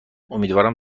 امیدوارم